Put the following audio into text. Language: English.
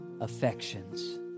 affections